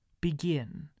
begin